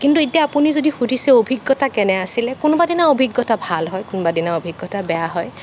কিন্তু এতিয়া আপুনি যদি সুধিছে অভিজ্ঞতা কেনে আছিলে কোনোবাদিনা অভিজ্ঞতা ভাল হয় কোনোবাদিনা অভিজ্ঞতা বেয়া হয়